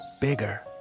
bigger